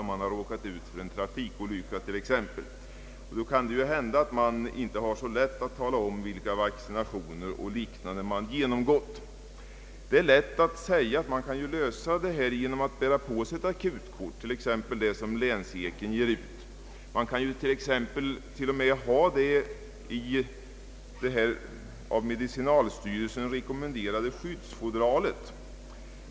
Har man råkat ut för en trafikolycka kan det ju hända att det inte är så lätt att tala om vilka vaccinationer och liknande man har genomgått. Det är lätt att säga att man kan lösa problemet genom att bära på sig ett akutkort, t.ex. det som Länseken ger ut. Man kan ju till och med, om man har körkort, bära det i medicinalstyrelsens skyddsfodral!